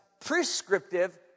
prescriptive